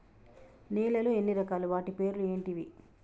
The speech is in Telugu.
నేలలు ఎన్ని రకాలు? వాటి పేర్లు ఏంటివి?